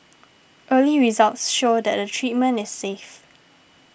early results show that the treatment is safe